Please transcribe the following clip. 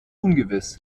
ungewiss